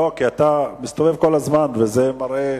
אתה מסתובב כל הזמן, וזה מראה,